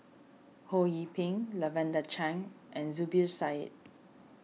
Ho Yee Ping Lavender Chang and Zubir Said